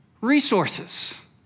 resources